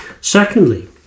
Secondly